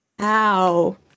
Ow